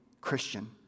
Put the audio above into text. Christian